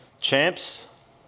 Champs